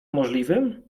możliwym